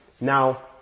Now